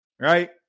Right